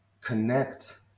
connect